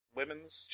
women's